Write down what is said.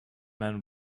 man